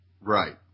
Right